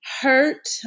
hurt